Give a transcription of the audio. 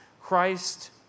Christ